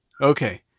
Okay